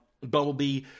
Bumblebee